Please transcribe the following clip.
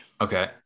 Okay